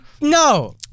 no